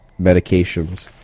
Medications